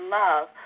love